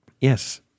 Yes